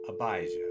Abijah